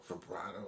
vibrato